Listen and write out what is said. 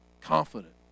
Confident